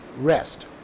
rest